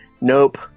Nope